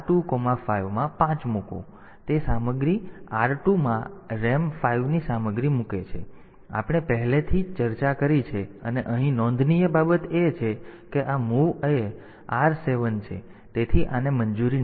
તેથી તે સામગ્રી R2 માં RAM 5 ની સામગ્રી મૂકે છે તેથી આ આપણે પહેલાથી જ ચર્ચા કરી છે અને અહીં નોંધનીય બાબત એ છે કે આ MOV A R7 છે અને તેથી આને મંજૂરી નથી